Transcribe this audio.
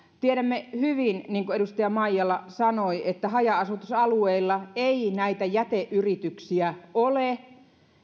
tiedämme hyvin niin kuin edustaja maijala sanoi että haja asutusalueilla ei näitä jäteyrityksiä ole